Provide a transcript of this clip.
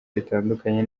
ritandukanye